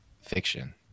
fiction